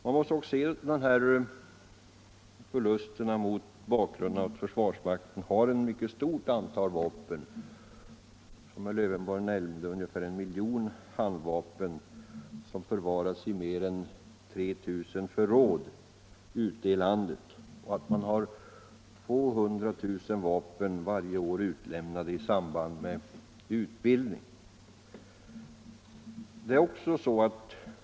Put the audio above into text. Förlusterna bör ses mot bakgrunden av att försvarsmakten har ett mycket stort antal vapen. Som herr Lövenborg nämnde rör det sig om ungefär en miljon handeldvapen, som förvaras i mer än 3 000 förråd ute i landet, och man har 200 000 vapen varje år utlämnade i samband med utbildning.